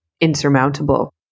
insurmountable